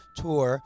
Tour 。